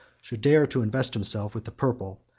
should dare to invest himself with the purple,